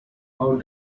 how